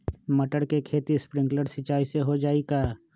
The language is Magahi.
मटर के खेती स्प्रिंकलर सिंचाई से हो जाई का?